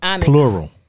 Plural